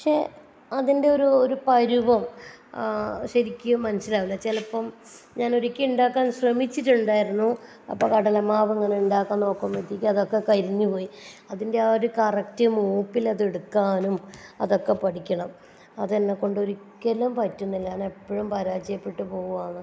പക്ഷേ അതിൻ്റെ ഒരു ഒരു പരുവം ശരിക്കും മനസ്സിലാവില്ല ചിലപ്പം ഞാനൊരിക്കൽ ഉണ്ടാക്കാൻ ശ്രമിച്ചിട്ടുണ്ടായിരുന്നു അപ്പോൾ കടലമാവ് ഇങ്ങനെ ഉണ്ടാക്കാൻ നോക്കുമ്പോഴ്ത്തേക്കും അതൊക്കെ കരിഞ്ഞുപോയി അതിൻ്റെ ആ ഒരു കറക്റ്റ് മൂപ്പിൽ അത് എടുക്കാനും അതൊക്കെ പഠിക്കണം അത് എന്നെക്കൊണ്ട് ഒരിക്കലും പറ്റുന്നില്ല ഞാൻ എപ്പോഴും പരാജയപ്പെട്ടു പോവാണ്